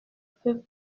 peux